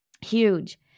Huge